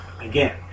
Again